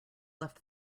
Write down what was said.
left